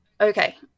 okay